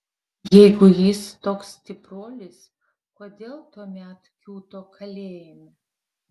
jeigu jis toks stipruolis kodėl tuomet kiūto kalėjime